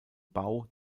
bau